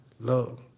love